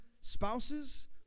spouses